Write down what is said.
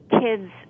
kids